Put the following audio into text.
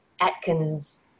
Atkins